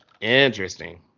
Interesting